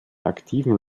aktiven